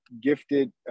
gifted